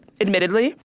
admittedly